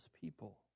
people